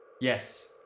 Yes